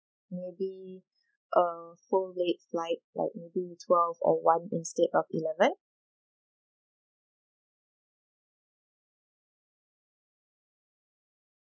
maybe uh full late flight like maybe twelve or one instead of eleven